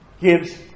gives